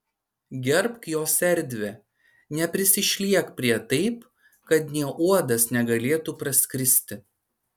gerbk jos erdvę neprisišliek prie taip kad nė uodas negalėtų praskristi